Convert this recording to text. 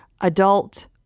adult